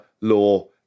law